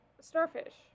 starfish